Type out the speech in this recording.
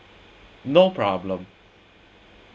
no problem